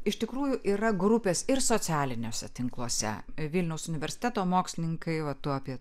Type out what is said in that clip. iš tikrųjų yra grupės ir socialiniuose tinkluose vilniaus universiteto mokslininkai vat tu apie